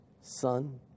Son